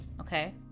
Okay